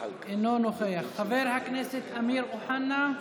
אינו נוכח, חבר הכנסת אמיר אוחנה?